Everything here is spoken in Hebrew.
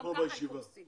אנחנו